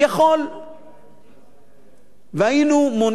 יכול והיינו מונעים,